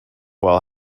while